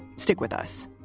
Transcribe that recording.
stick with us